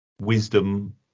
wisdom